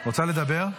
רוצה לדבר?